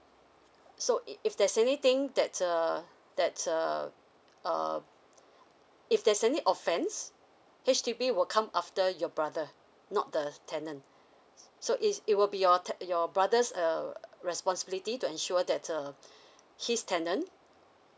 so if if there's anything that's err that's err err if there's any offence H_D_B will come after your brother not the tenant so is it will be your ten~ your brother's err responsibility to ensure that err his tenant